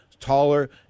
Taller